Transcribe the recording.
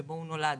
שבו הוא נולד,